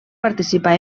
participar